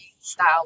style